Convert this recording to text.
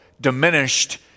diminished